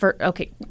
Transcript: Okay